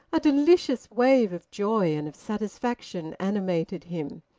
a delicious wave of joy and of satisfaction animated him.